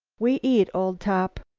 we eat, old top!